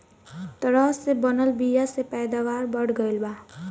तरह से बनल बीया से पैदावार बढ़ गईल बा